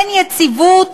אין יציבות,